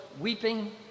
weeping